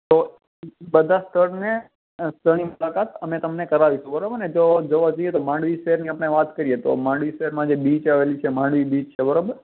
તો બધા સ્થળને સ્થળની મુલાકાત અમે તમને કરાવીશું બરાબર ને જો જોવા જઈએ તો માંડવી શહેરની આપણે વાત કરીએ તો માંડવી શહેરમાં જે બીચ આવેલી છે માંડવી બીચ છે બરાબર